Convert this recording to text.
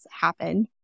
happen